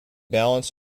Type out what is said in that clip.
balanced